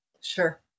Sure